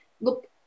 Look